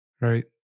Right